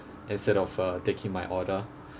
instead of uh taking my order